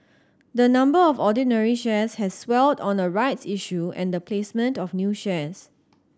the number of ordinary shares has swelled on a rights issue and the placement of new shares